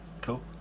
cool